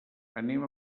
anem